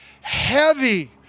heavy